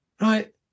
right